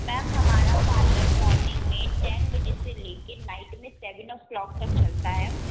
ma'am हमारा parlour morning में ten बजे से लेके नाईट में सेवन ऑफ़ क्लॉक तक चलता है